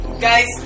Guys